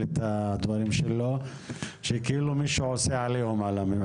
את הדברים שלו שכאילו מישהו עושה עליהום על המפעל,